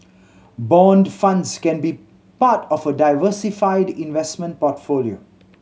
bond funds can be part of a diversified investment portfolio